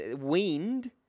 Weaned